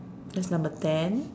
that's number ten